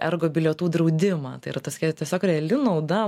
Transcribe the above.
ergo bilietų draudimą tai yra tas ke tiesiog reali nauda